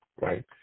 right